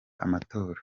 amatora